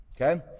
Okay